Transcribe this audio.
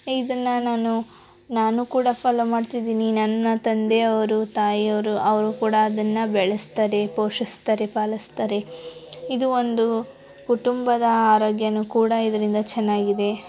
ಇದನ್ನು ನಾನು ನಾನೂ ಕೂಡ ಫಾಲೋ ಮಾಡ್ತಿದ್ದೀನಿ ನನ್ನ ತಂದೆಯವರು ತಾಯಿಯವರು ಅವರು ಕೂಡ ಅದನ್ನು ಬೆಳೆಸ್ತಾರೆ ಪೋಷಿಸ್ತಾರೆ ಪಾಲಿಸ್ತಾರೆ ಇದು ಒಂದು ಕುಟುಂಬದ ಆರೋಗ್ಯನೂ ಕೂಡ ಇದರಿಂದ ಚೆನ್ನಾಗಿದೆ